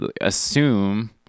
assume